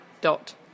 dot